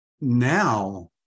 now